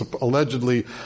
allegedly